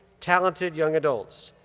talented young adults.